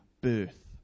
birth